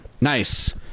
nice